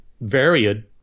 varied